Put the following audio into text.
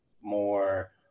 more